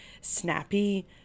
snappy